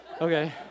Okay